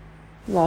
!wow!